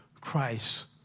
Christ